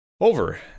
over